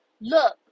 Look